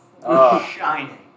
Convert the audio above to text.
shining